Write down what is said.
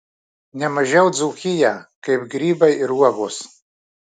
ne mažiau dzūkiją kaip grybai ir uogos